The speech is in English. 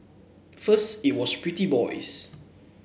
first it was pretty boys